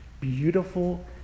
beautiful